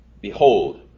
Behold